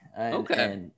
okay